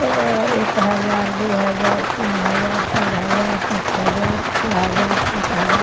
एक हजार दू हजार तीन हजार चारि हजार पाँच हजार छओ हजार सात हजार